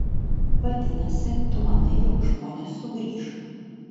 vadinasi tu manai jog žmonės sugrįš